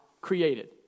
created